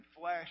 flesh